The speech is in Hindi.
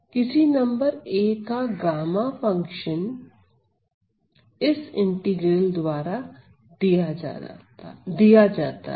किसी नंबर a का गामा फंक्शन इस इंटीग्रल द्वारा दिया जाता है